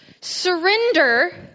surrender